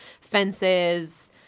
fences